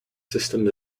systems